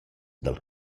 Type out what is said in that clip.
dal